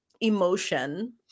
emotion